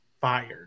fired